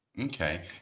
Okay